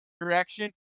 direction